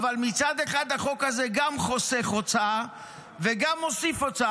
אבל גם הוא יקבל קצת פחות.